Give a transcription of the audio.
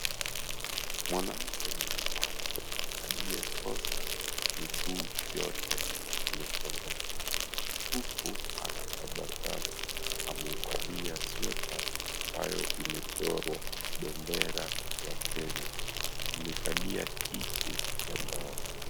Mwanamke mlemavu aliyekosa miguu yote amesonga mbele huku anatabasamu. Amevalia sweta ambayo imechorwa bendera ya Kenya. Amekalia kiti ya mbao.